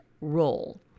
Role